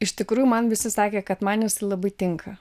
iš tikrųjų man visi sakė kad man jis labai tinka